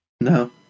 No